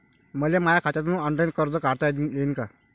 मले माया खात्यातून ऑनलाईन कर्ज काढता येईन का?